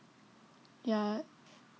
ya